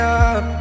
up